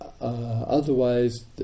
otherwise